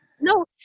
no